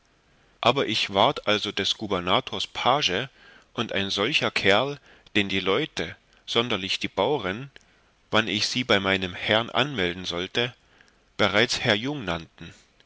aber ich ward also des gubernators page und ein solcher kerl den die leute sonderlich die bauren wann ich sie bei meinem herrn anmelden sollte bereits herr